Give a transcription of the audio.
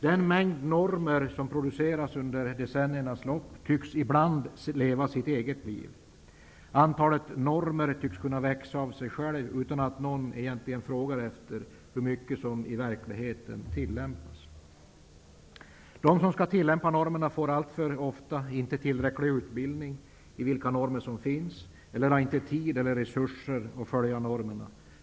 Den mängd av normer som producerats under decenniernas lopp tycks ibland leva sitt eget liv. Antalet normer tycks kunna växa av sig självt utan att någon frågar efter hur mycket som i verkligheten tillämpas. De som skall tillämpa normerna får alltför ofta inte tillräcklig utbildning i vilka normer som finns eller har inte tid eller resurser att följa dem.